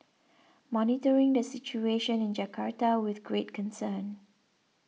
monitoring the situation in Jakarta with great concern